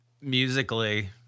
musically